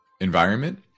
environment